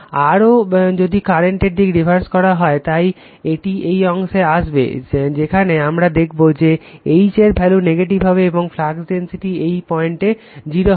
আরও যদি কারেন্টের দিক রিভার্স করা হয় তাই এটি এই অংশে আসবে যেখানে আমরা দেখবো যে H এর ভ্যালু নেগেটিভ হবে এবং ফ্লাক্স ডেনসিটি এই পয়েন্টে 0 হবে